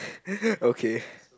okay